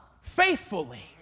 faithfully